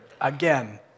again